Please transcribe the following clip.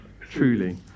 Truly